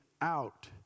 out